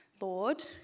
Lord